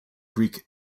greek